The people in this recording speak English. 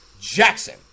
Jackson